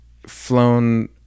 Flown